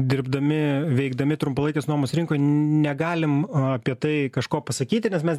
dirbdami veikdami trumpalaikės nuomos rinkoj negalim apie tai kažko pasakyti nes mes